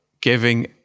giving